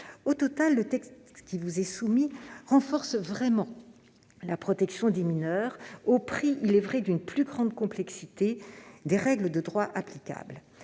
Au total, le texte qui vous est soumis renforce vraiment la protection des mineurs au prix, il est vrai, d'une plus grande complexité des règles de droit applicables.